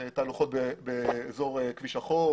תהלוכות באזור כביש החוף,